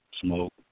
smoke